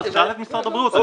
תשאל את משרד הבריאות.